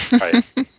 Right